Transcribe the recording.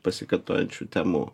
pasikartojančių temų